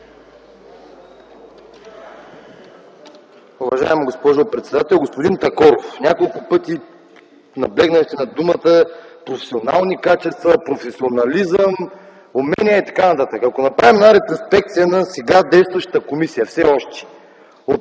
Уважаема госпожо председател! Господин Такоров, няколко пъти наблегнахте на думите „професионални качества, професионализъм, умения” и т.н. Ако направим една ретроспекция на действащата все още